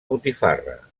botifarra